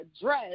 dress